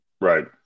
right